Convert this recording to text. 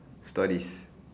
stories